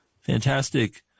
Fantastic